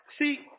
See